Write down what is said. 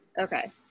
Okay